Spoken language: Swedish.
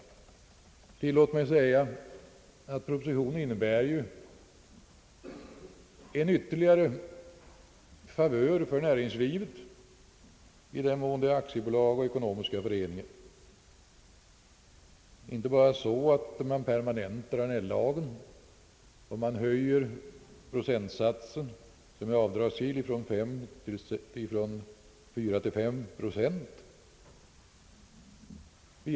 Tillåt mig säga att propositionen innebär ytterligare en favör för näringslivet i den mån det är fråga om aktiebolag och ekonomiska föreningar, inte bara därigenom att lagen permanentas och den procentsats som är avdragsgill höjs från fyra till fem procent.